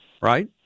right